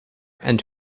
and